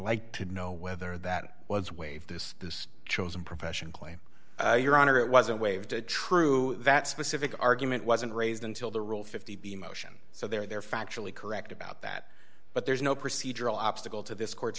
like to know whether that was waived this chosen profession claim your honor it wasn't waived true that specific argument wasn't raised until the rule fifty b motion so they're factually correct about that but there's no procedural obstacle to this court